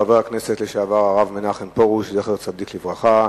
חבר הכנסת לשעבר הרב מנחם פרוש, זכר צדיק לברכה.